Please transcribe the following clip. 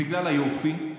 בגלל היופי,